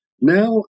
Now